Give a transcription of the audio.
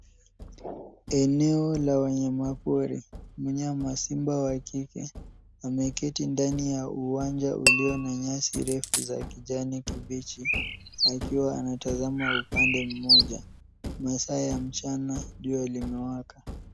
Eneo la wanyamapori. Mnyama, simba wa kike, ameketi ndani ya uwanja ulio na nyasi refu za kijani kibichi akiwa anatazama upande mmoja. Masaa ya mchana. Jua limewaka.